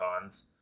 cons